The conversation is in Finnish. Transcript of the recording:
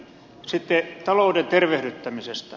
sitten talouden tervehdyttämisestä